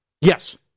Yes